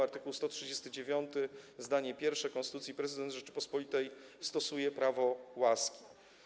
Art. 139 zdanie pierwsze konstytucji: Prezydent Rzeczypospolitej stosuje prawo łaski.